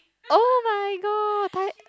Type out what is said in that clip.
oh-my-god